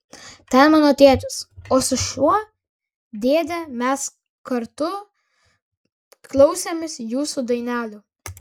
ten mano tėtis o su šiuo dėde mes kartu klausėmės jūsų dainelių